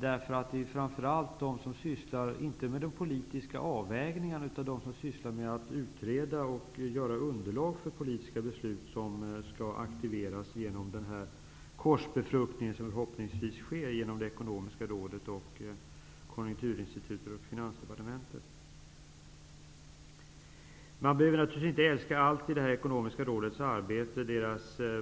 Det är inte de som gör politiska avvägningar utan framför allt de som arbetar med att utreda och skapa underlag för politiska beslut som skall aktiveras genom den korsbefruktning som förhoppningsvis sker mellan det ekonomiska rådet, Konjunkturinstitutet och Man behöver naturligtvis inte älska allt i det ekonomiska rådets arbete,